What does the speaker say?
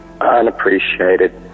unappreciated